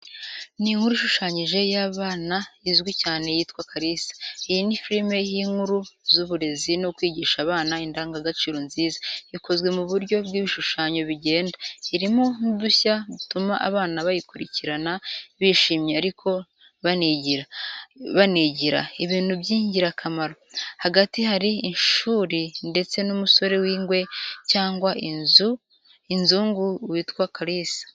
Ni inkuru ishushanyije y’abana izwi cyane yitwa Kalisa, iyi ni filime y’inkuru z’uburezi no kwigisha abana indangagaciro nziza, ikozwe mu buryo bw'ibishushanyo bigenda. Irimo n’udushya dutuma abana bayikurikirana bishimye ariko banigira ibintu by’ingirakamaro. Hagati hari ishuri ndetse n'umusore w'ingwe cyangwa inzungu witwa Kalisa.